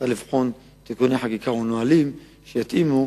צריך לבחון תיקוני חקיקה ונהלים שיתאימו